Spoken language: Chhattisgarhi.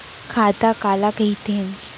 खाता काला कहिथे?